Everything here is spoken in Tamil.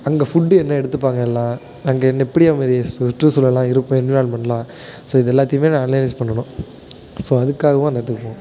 அங்கே ஃபுட்டு என்ன எடுத்துப்பாங்க எல்லாம் அங்கே என்ன எப்படியா மாதிரி சுற்றுசூழல்லாம் இருக்கும் என்விரான்மெண்ட்டெல்லாம் ஸோ இது எல்லாத்தையும் நான் அனலைஸ் பண்ணணும் ஸோ அதுக்காகவும் அந்த இடத்துக்கு போகணும்